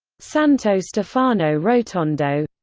santo stefano rotondo